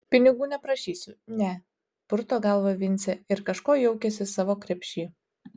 pinigų neprašysiu ne purto galvą vincė ir kažko jaukiasi savo krepšy